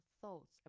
thoughts